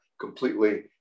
completely